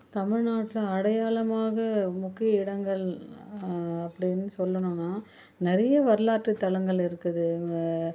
தமிழ்நாட்ல அடையாளமாக முக்கிய இடங்கள் அப்படின்னு சொல்லணும்னா நிறைய வரலாற்றத்தலங்கள் இருக்குதுங்க